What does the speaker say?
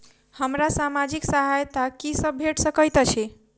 हमरा सामाजिक सहायता की सब भेट सकैत अछि?